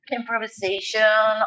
improvisation